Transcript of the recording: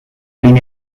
linear